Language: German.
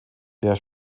der